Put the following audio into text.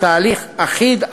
בתהליך אחיד,